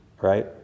right